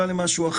יודעים